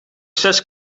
zes